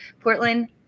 Portland